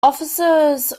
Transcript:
officers